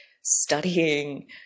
studying